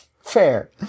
Fair